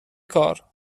کار